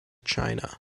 china